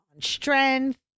strength